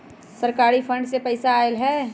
सरकारी फंड से पईसा आयल ह?